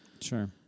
Sure